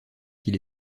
qu’il